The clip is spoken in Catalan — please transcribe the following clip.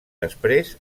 després